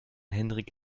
henrik